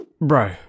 Bro